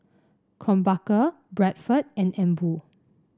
Krombacher Bradford and Emborg